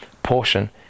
portion